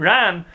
Ran